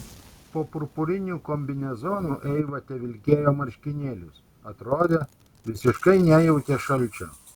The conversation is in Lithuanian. po purpuriniu kombinezonu eiva tevilkėjo marškinėlius atrodė visiškai nejautė šalčio